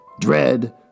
Dread